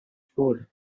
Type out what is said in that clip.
fourth